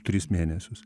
tris mėnesius